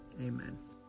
Amen